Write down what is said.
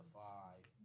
five